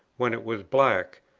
when it was black,